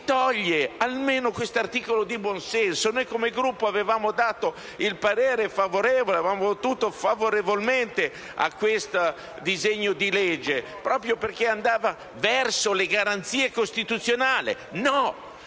soppresso questo articolo di buonsenso. Noi, come Gruppo, avevamo dato il nostro parere favorevole ed avevamo votato favorevolmente questo disegno di legge, proprio perché andava verso le garanzie costituzionali. No!